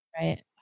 Right